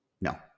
no